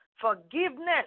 Forgiveness